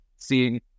Seeing